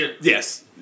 Yes